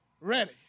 ready